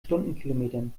stundenkilometern